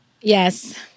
Yes